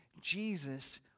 Jesus